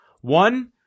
one